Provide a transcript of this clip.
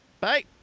Bye